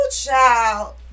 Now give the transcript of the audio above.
child